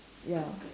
ya